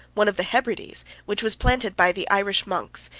one of the hebrides, which was planted by the irish monks,